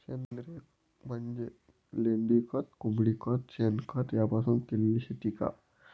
सेंद्रिय म्हणजे लेंडीखत, कोंबडीखत, शेणखत यापासून केलेली शेती का?